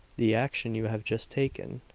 the action you have just taken,